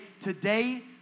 today